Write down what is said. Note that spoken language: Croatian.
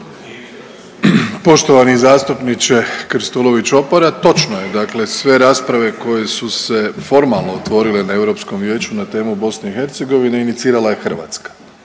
Poštovani zastupniče Krstulović-Opara, točno je. Dakle sve rasprave koje su se formalno otvorile na Europskom vijeću na temu BiH inicirala je Hrvatska